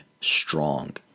strong